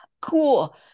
cool